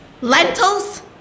Lentils